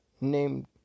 named